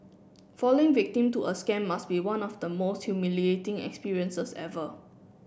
falling victim to a scam must be one of the most humiliating experiences ever